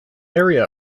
area